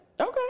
Okay